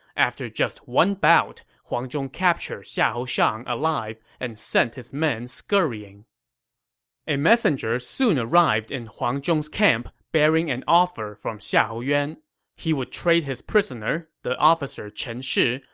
after just one bout, huang zhong captured xiahou shang alive and sent his men scurrying a messenger soon arrived in huang zhong's camp, bearing an offer from xiahou yuan he would trade his prisoner, the officer chen shi,